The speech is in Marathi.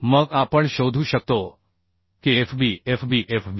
मग आपण शोधू शकतो की FB FB FB